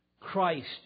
Christ